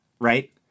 right